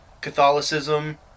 Catholicism